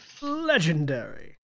legendary